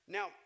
Now